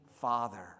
Father